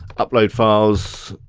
upload files